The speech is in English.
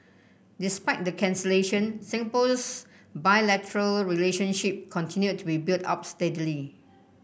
despite the cancellation Singapore's bilateral relationship continued to be built up steadily